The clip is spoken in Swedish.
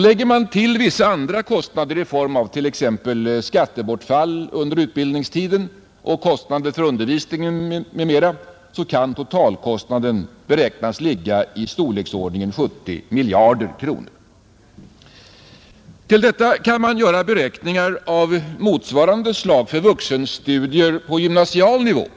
Lägger man till vissa andra kostnader i form av t.ex. skattebortfall under utbildningstiden och kostnader för undervisning m.m. kan totalkostnaden beräknas ligga i storleksordningen 70 miljarder kronor, Till detta kan man göra beräkningar av motsvarande slag för vuxenstudier på gymnasial nivå